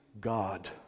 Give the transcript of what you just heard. God